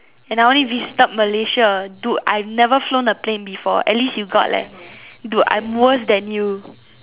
and I only visited Malaysia dude I've never flown a plane before at least you got leh dude I'm worse than you